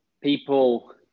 people